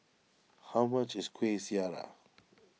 how much is Kuih Syara